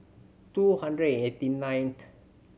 two hundred and eighty ninth